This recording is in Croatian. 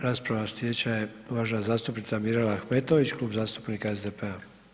Rasprava slijedeća je uvažena zastupnica Mirela Ahmetović, Klub zastupnika SDP-a.